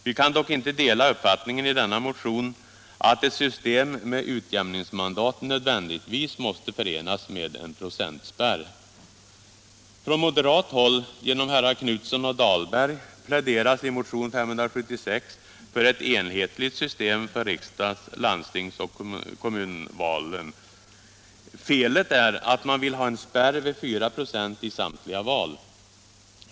Vi kan dock inte dela uppfattningen i denna motion att ett system med utjämningsmandat nödvändigtvis måste förenas med en procentspärr. Från moderat håll, genom herrar Knutson och Dahlberg, pläderas i motionen 576 för ett enhetligt system för riksdags-, landstingsoch kommunalvalen. Felet är att man vill ha en spärr vid 4 96 i samtliga val.